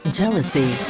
jealousy